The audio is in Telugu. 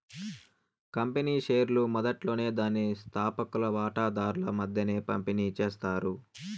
కంపెనీ షేర్లు మొదట్లోనే దాని స్తాపకులు వాటాదార్ల మద్దేన పంపిణీ చేస్తారు